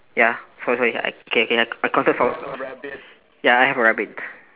ya sorry sorry I K K I counted so ya I have a rabbit